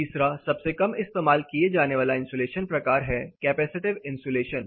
तीसरा सबसे कम इस्तेमाल किया जाने वाला इन्सुलेशन प्रकार है कैपेसिटिव इन्सुलेशन